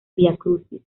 viacrucis